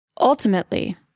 Ultimately